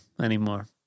anymore